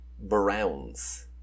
Browns